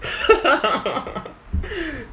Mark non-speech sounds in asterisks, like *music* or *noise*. *laughs*